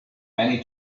many